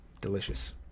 Delicious